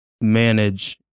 manage